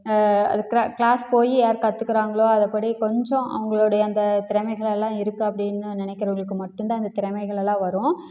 அது கிர கிளாஸ் போய் யார் கற்றுக்கிறாங்களோ அதைப்படி கொஞ்சம் அவர்களுடைய அந்த திறமைகள் எல்லாம் இருக்குது அப்படின்னு நினைக்கிறவங்களுக்கு மட்டும்தான் அந்த திறமைகள் எல்லாம் வரும்